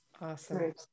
Awesome